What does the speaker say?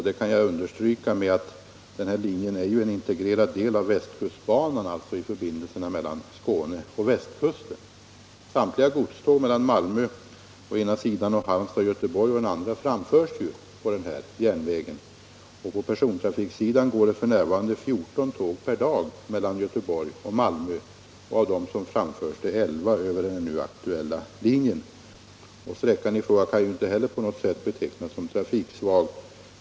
Det kan jag understryka genom att erinra om att den här linjen är en integrerad del av västkustbanan, alltså i förbindelserna mellan Skåne och västkusten. Samtliga godståg mellan Malmö och Halmstad Göteborg framförs på den här järnvägen. På persontrafiksidan går det f.n. 14 tåg per dag mellan Göteborg och Malmö. Av dem går 11 på den nu aktuella linjen. Sträckan i fråga kan inte heller på något sätt betecknas som trafiksvag.